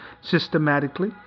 systematically